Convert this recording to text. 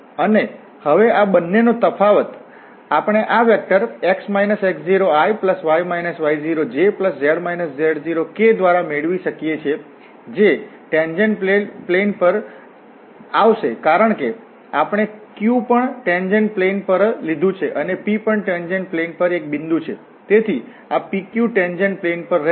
અને હવે આ બંનેનો તફાવત આપણે આ વેક્ટરx x0iy y0jz z0k દ્વારા મેળવી શકીએ છીએ જે ટેન્જેન્ટ પ્લેન પર આવશે કારણ કે આપણે Q પણ ટેન્જેન્ટ પ્લેન પર લીધું છે અને P પણ ટેન્જેન્ટ પ્લેન પર એક બિંદુ છે તેથી આ PQ ટેન્જેન્ટ પ્લેન પર રહેશે